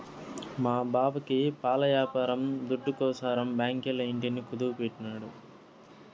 మా బావకి పాల యాపారం దుడ్డుకోసరం బాంకీల ఇంటిని కుదువెట్టినాడు